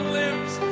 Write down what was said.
lips